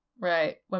right